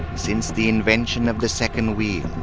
since the invention of the second wheel,